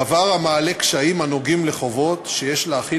דבר המעלה קשיים הנוגעים לחובות שיש להחיל